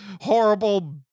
horrible